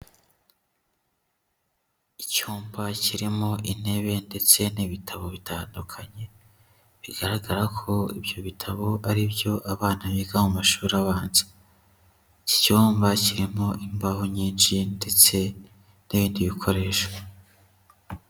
Icyumba kirimo intebe ndetse n'ibitabo bitandukanye. Bigaragara ko ibyo bitabo ari byo abana biga mu mashuri abanza. Iki cyumba kirimo imbaho nyinshi ndetse n'ibindi bikoresho.